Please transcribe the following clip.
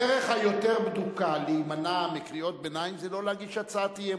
הדרך היותר בדוקה להימנע מקריאות ביניים זה לא להגיש הצעת אי-אמון,